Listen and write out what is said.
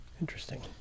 Interesting